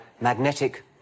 magnetic